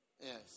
Yes